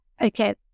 Okay